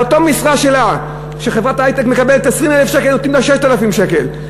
על אותה משרה שלה שחברת ההיי-טק נותנת 20,000 שקל נותנים לה 6,000 שקל,